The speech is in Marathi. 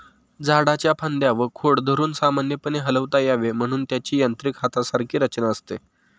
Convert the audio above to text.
झाडाच्या फांद्या व खोड धरून सामान्यपणे हलवता यावे म्हणून त्याची यांत्रिक हातासारखी रचना असते